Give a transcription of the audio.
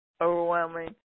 overwhelming